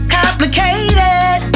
complicated